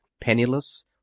penniless